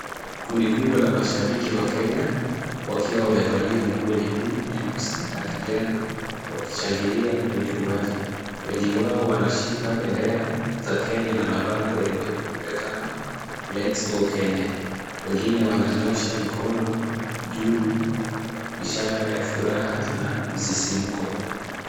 Kundi kubwa la mashabiki wa Kenya, wakiwa wamevalia nguo nyekundu, nyeusi na kijani, wakishangilia kwenye uwanja. Wengi wao wanashika bendera za Kenya na mabango yenye ujumbe kama Let's go [,cs] Kenya. Wengine wananyoosha mikono juu ishara ya furaha na msisimko.